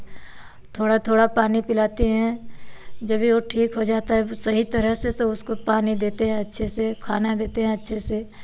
थोड़ा थोड़ा पानी पिलाती हैं जब यह ठीक हो जाता है सही तरह से तो उसको पानी देते हैं अच्छे से खाना देते हैं अच्छे से